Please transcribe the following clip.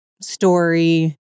story